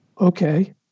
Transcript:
Okay